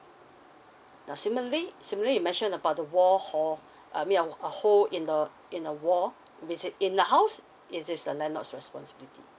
now similarly similarly you mention about the wall hole I mean a hole in a in a wall if it's in the house it is the landlord responsibility